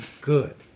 good